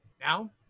Now